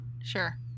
Sure